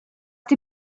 die